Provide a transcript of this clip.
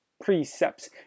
precepts